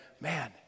man